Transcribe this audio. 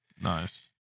Nice